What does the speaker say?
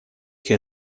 che